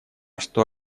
что